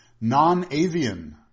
Non-avian